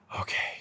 okay